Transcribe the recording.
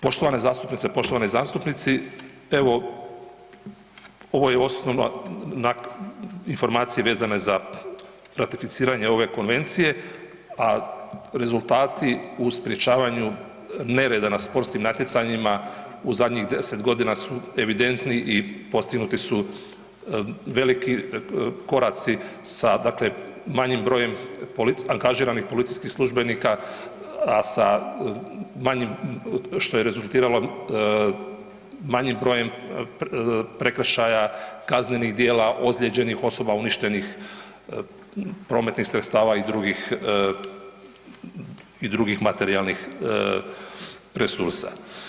Poštovane zastupnice i poštovani zastupnici, evo ovo je osnovna informacije vezane za ratificiranje ove konvencije, a rezultati u sprječavanju nereda na sportskim natjecanjima u zadnjih 10.g. su evidentni i postignuti su veliki koraci sa, dakle manjim brojem angažiranih policijskih službenika, a sa manjim, što je rezultiralo manjim brojem prekršaja, kaznenih dijela, ozlijeđenih osoba, uništenih prometnih sredstava i drugih i drugih materijalnih resursa.